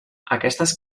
aquestes